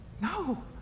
no